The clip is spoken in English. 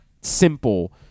simple